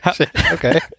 Okay